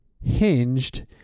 hinged